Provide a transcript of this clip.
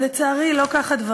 אבל, לצערי, לא כך הדברים.